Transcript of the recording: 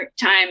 time